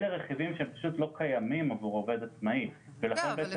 אלה רכיבים שהם פשוט לא קיימים עבור עובד עצמאי ולכן --- כן,